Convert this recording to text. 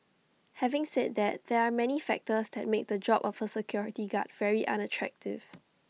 having said that there are many factors that make the job of A security guard very unattractive